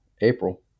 april